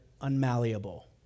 unmalleable